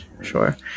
Sure